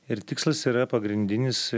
ir tikslas yra pagrindinis